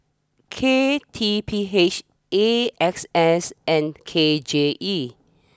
K T P H A X S and K J E